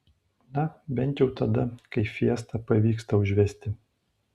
na bent jau tada kai fiesta pavyksta užvesti